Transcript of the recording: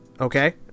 Okay